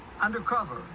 undercover